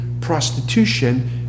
prostitution